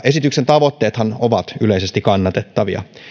esityksen tavoitteethan ovat yleisesti kannatettavia